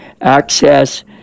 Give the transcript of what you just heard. access